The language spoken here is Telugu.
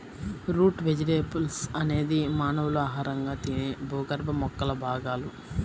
రూట్ వెజిటేబుల్స్ అనేది మానవులు ఆహారంగా తినే భూగర్భ మొక్కల భాగాలు